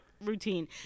routine